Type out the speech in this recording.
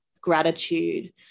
gratitude